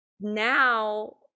Now